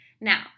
Now